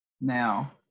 now